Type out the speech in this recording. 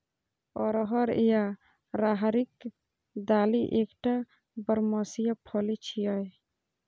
अरहर या राहरिक दालि एकटा बरमसिया फली छियै